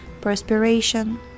perspiration